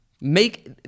Make